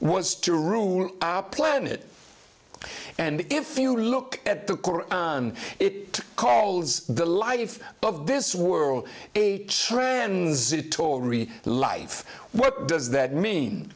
was to rule our planet and if you look at the it calls the life of this world a transitory life what does that mean